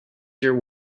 your